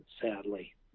Sadly